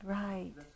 right